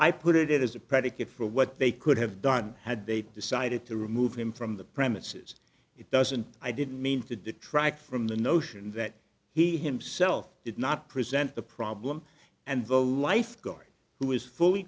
i put it as a predicate for what they could have done had they decided to remove him from the premises it doesn't i didn't mean to detract from the notion that he himself did not present the problem and both lifeguard who is fully